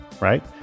right